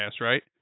right